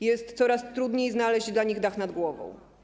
Jest coraz trudniej znaleźć dla nich dach nad głową.